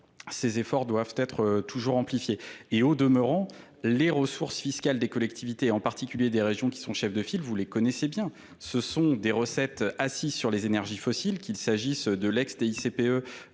ces efforts doivent être toujours amplifiés et au demeurant les ressources fiscales des collectivités et en et en particulier des régions qui sont chefs de file vous les connaissez bien ce sont des recettes assises sur les énergies fossiles qu'il s'agisse de l'ex